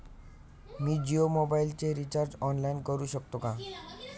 मी जियो मोबाइलचे recharge online करू शकते का?